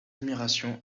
admiration